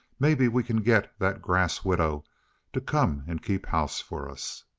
maybe we can get that grass widow to come and keep house for us.